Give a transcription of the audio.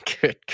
good